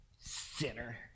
Sinner